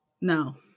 No